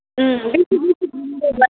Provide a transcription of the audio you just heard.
बेसे बेसे